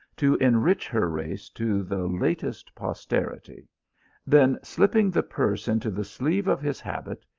to enrich her race to the latest posterity then slipping the purse into the sleeve of his habit,